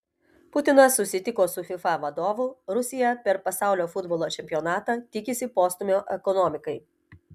putinas susitiko su fifa vadovu rusija per pasaulio futbolo čempionatą tikisi postūmio ekonomikai